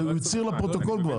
זה הוא הצהיר לפרוטוקול כבר.